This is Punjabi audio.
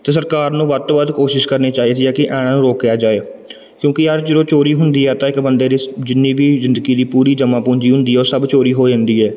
ਅਤੇ ਸਰਕਾਰ ਨੂੰ ਵੱਧ ਤੋਂ ਵੱਧ ਕੋਸ਼ਿਸ਼ ਕਰਨੀ ਚਾਹੀਦੀ ਹੈ ਕਿ ਇਹਨਾਂ ਨੂੰ ਰੋਕਿਆ ਜਾਵੇ ਕਿਉਂਕਿ ਯਾਰ ਜਦੋਂ ਚੋਰੀ ਹੁੰਦੀ ਹੈ ਤਾਂ ਇੱਕ ਬੰਦੇ ਦੀ ਸ ਜਿੰਨੀ ਵੀ ਜ਼ਿੰਦਗੀ ਦੀ ਪੂਰੀ ਜਮ੍ਹਾਂ ਪੂੰਜੀ ਹੁੰਦੀ ਹੈ ਉਹ ਸਭ ਚੋਰੀ ਹੋ ਜਾਂਦੀ ਹੈ